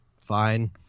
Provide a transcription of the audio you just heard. fine